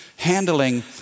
handling